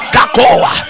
Kakoa